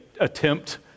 attempt